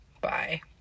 Bye